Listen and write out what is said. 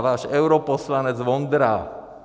Váš europoslanec Vondra.